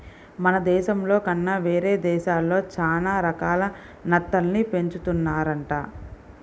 మన దేశంలో కన్నా వేరే దేశాల్లో చానా రకాల నత్తల్ని పెంచుతున్నారంట